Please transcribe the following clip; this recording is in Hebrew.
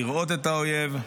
לראות את האויב,